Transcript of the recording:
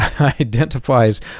identifies